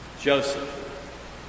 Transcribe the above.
Joseph